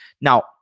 Now